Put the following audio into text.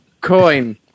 coin